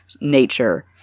nature